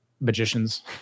Magicians